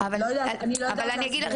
אז אני אגיד לך,